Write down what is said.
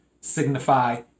signify